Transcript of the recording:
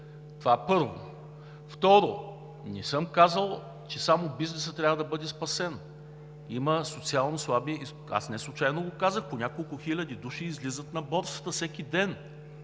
това първо. Второ, не съм казал, че само бизнесът трябва да бъде спасен. Има социалнослаби и неслучайно казах – по няколко хиляди души излизат на Борсата всеки ден.